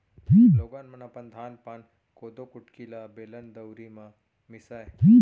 लोगन मन अपन धान पान, कोदो कुटकी ल बेलन, दउंरी म मीसय